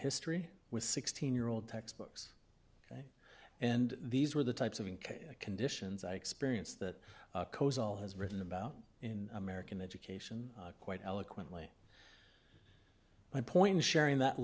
history with sixteen year old textbooks and these were the types of in conditions i experience that kozel has written about in american education quite eloquently my point of sharing that